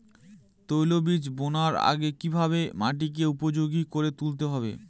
তৈলবীজ বোনার আগে কিভাবে মাটিকে উপযোগী করে তুলতে হবে?